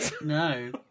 No